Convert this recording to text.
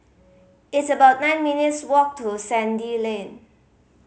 it's about nine minutes' walk to Sandy Lane